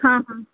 हां हां